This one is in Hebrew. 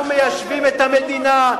אנחנו מיישבים את המדינה,